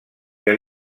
que